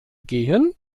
gehen